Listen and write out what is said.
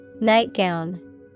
Nightgown